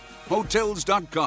Hotels.com